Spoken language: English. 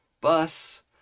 bus